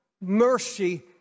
mercy